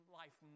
life